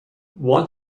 want